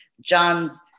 John's